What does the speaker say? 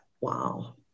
Wow